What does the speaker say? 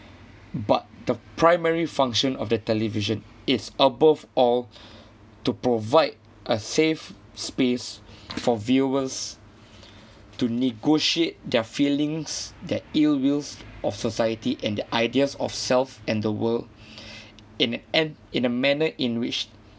but the primary function of the television is above all to provide a safe space for viewers to negotiate their feelings that ill wills of society and their ideas of self and the world in end in a manner in which